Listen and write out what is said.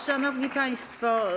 Szanowni Państwo!